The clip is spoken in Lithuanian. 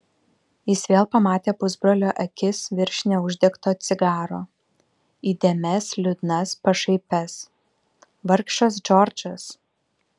jis vėl pamatė pusbrolio akis virš neuždegto cigaro įdėmias liūdnas pašaipias vargšas džordžas